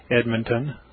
Edmonton